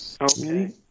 Okay